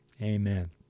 Amen